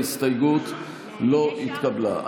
ההסתייגות לא התקבלה.